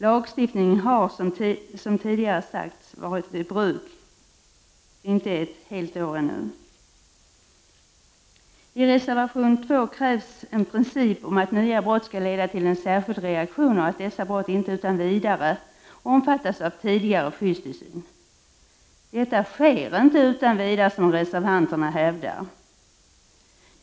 Lagstiftningen har, som tidigare sagts, ännu inte varit i bruk ett helt år. I reservation 2 krävs en princip om att nya brott skall leda till en särskild reaktion och att dessa brott inte utan vidare skall omfattas av tidigare skyddstillsyn. Detta sker inte utan vidare, som reservanterna hävdar.